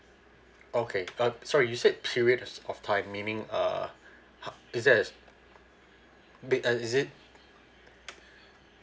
okay uh sorry you said periods of time meaning uh how is that a big uh is it